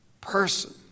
person